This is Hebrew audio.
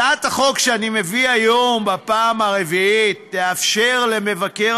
הצעת החוק שאני מביא היום בפעם הרביעית תאפשר למבקר